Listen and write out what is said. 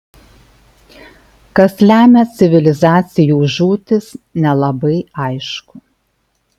kas lemia civilizacijų žūtis nelabai aišku